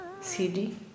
CD